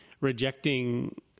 rejecting